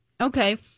Okay